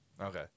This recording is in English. Okay